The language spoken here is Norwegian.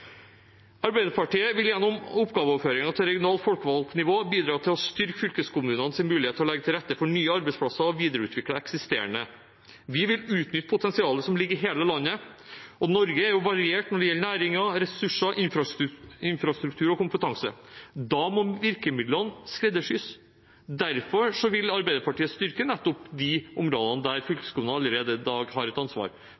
Arbeiderpartiet vil gjennom oppgaveoverføringer til regionalt folkevalgt nivå bidra til å styrke fylkeskommunenes mulighet til å legge til rette for nye arbeidsplasser og videreutvikle eksisterende. Vi vil utnytte potensialet som ligger i hele landet. Norge er variert når det gjelder næringer, ressurser, infrastruktur og kompetanse. Da må virkemidlene skreddersys. Derfor vil Arbeiderpartiet styrke nettopp de områdene der